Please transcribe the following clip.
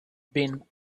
been